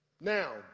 now